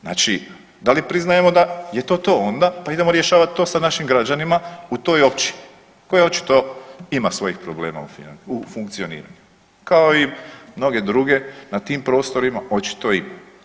Znači da li priznajemo da je to to onda pa idemo rješavat to sa našim građanima u toj općini koja očito ima svojih problema u funkcioniranju kao i mnoge druge na tim prostorima očito imaju.